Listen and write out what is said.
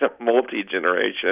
multi-generation